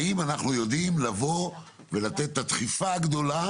האם אנחנו יודעים לבוא ולתת את הדחיפה הגדולה